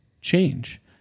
change